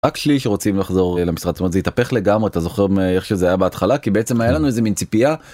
רק שליש רוצים לחזור למשרד זה התהפך לגמרי אתה זוכר מאיך שזה היה בהתחלה כי בעצם היה לנו איזה מין ציפייה.